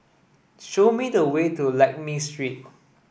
show me the way to Lakme Street